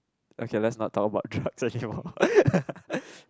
okay let's not talk about drugs anymore